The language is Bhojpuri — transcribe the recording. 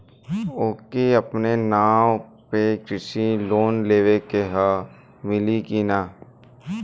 ओके अपने नाव पे कृषि लोन लेवे के हव मिली की ना ही?